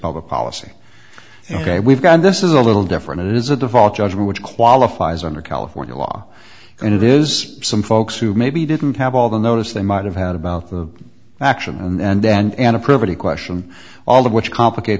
public policy ok we've got this is a little different it is a default judgment which qualifies under california law and it is some folks who maybe didn't have all the notice they might have had about the action and then and a pretty question all of which complicate